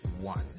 one